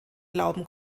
glauben